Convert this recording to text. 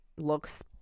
Looks